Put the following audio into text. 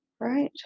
Right